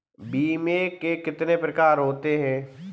बीमे के कितने प्रकार हैं?